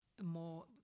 more